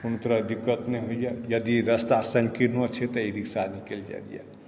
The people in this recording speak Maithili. कोनो तरहक दिक्कत नहि होइए यदि रास्ता संकीर्णो छै तऽ ई रिक्सा निकल जाइए